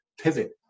pivot